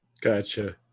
Gotcha